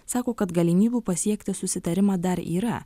sako kad galimybių pasiekti susitarimą dar yra